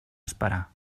esperar